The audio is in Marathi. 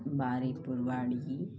बारीपुरवाडी